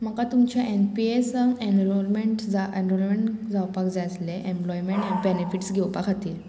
म्हाका तुमचे N P S enrolment enrolment जावपाक जाय आसलें एम्प्लॉयमेंट बेनिफिट्स घेवपा खातीर